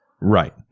Right